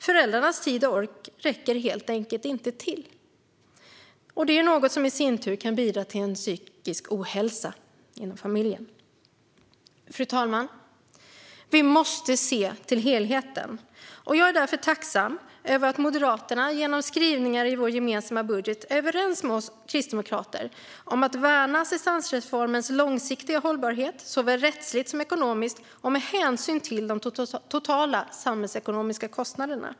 Föräldrarnas tid och ork räcker helt enkelt inte till, något som i sin tur kan bidra till psykisk ohälsa inom familjen. Fru talman! Vi måste se till helheten. Jag är därför tacksam över att Moderaterna genom skrivningar i vår gemensamma budget är överens med oss kristdemokrater om att värna assistansreformens långsiktiga hållbarhet, såväl rättsligt som ekonomiskt och med hänsyn till de totala samhällsekonomiska kostnaderna.